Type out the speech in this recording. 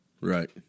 Right